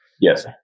Yes